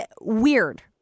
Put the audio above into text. weird